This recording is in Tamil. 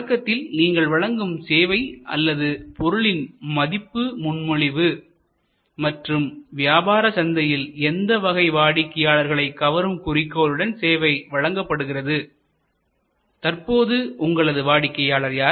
தொடக்கத்தில் நீங்கள் வழங்கும் சேவை அல்லது பொருளின் மதிப்பு முன்மொழிவு மற்றும் வியாபார சந்தையில் எந்த வகை வாடிக்கையாளர்களை கவரும் குறிக்கோளுடன் சேவை வழங்கப்படுகிறது தற்போது உங்களது வாடிக்கையாளர் யார்